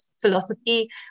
philosophy